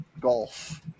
golf